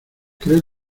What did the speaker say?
creo